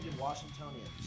Washingtonians